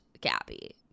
Gabby